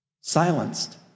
Silenced